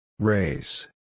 Race